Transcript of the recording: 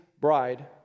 bride